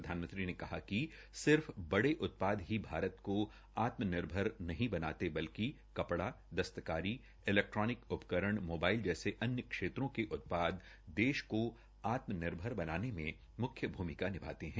प्रधानमंत्री ने कहा कि सिर्फ बड़े उत्पाद ही भारत को आत्मनिर्भर नहीं बताते बल्कि कपड़ा दस्तकारी इलैक्ट्रोनिक उपकरण मोबाइल जैसे अन्य क्षेत्रों के उत्पाद देश को आत्मनिर्भर बनाने में मुख्य भूमिका निभाते है